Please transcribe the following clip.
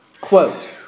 Quote